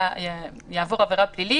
יעבור עבירה פלילית.